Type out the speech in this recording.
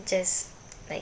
just like